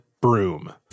broom